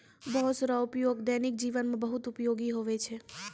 बाँस रो उपयोग दैनिक जिवन मे बहुत उपयोगी हुवै छै